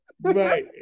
right